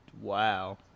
wow